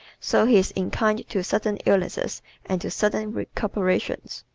so he is inclined to sudden illnesses and to sudden recuperations.